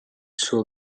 suo